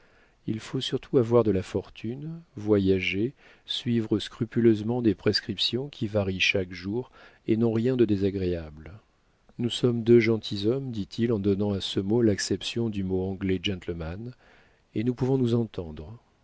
il faut surtout avoir de la fortune voyager suivre scrupuleusement des prescriptions qui varient chaque jour et n'ont rien de désagréable nous sommes deux gentilshommes dit-il en donnant à ce mot l'acception du mot anglais gentleman et nous pouvons nous entendre